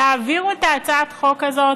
תעבירו את הצעת החוק הזאת,